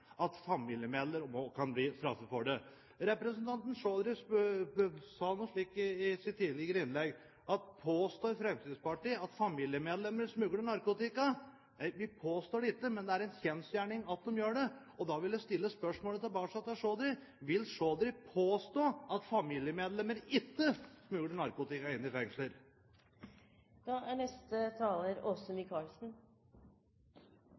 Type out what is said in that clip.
at familiemedlemmer også kan bli straffet for det. Representanten Chaudhry sa i sitt tidligere innlegg noe slikt som at Fremskrittspartiet påstår at familiemedlemmer smugler narkotika. Nei, vi påstår det ikke, men det er en kjensgjerning at de gjør det. Da vil jeg stille spørsmålet tilbake til Chaudhry: Vil Chaudhry påstå at familiemedlemmer ikke smugler narkotika inn i